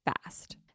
fast